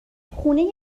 خونه